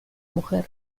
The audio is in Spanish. mujer